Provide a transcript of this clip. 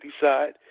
side